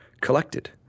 collected